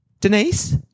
Denise